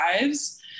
lives